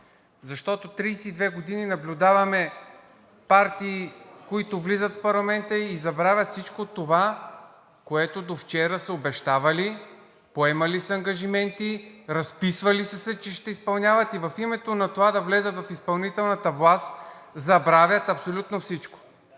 Защото 32 години наблюдаваме партии, които влизат в парламента и забравят всичко това, което до вчера са обещавали, поемали са ангажименти, разписвали са се, че ще изпълняват, и в името на това да влязат в изпълнителната власт забравят абсолютно всичко.